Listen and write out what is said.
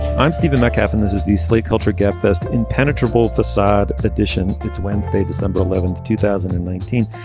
i'm stephen metcalf and this is the slate culture gabfest impenetrable facade edition. it's wednesday, december eleventh, two thousand and nineteen.